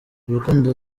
urukundo